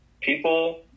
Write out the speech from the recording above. people